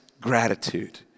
gratitude